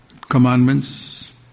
commandments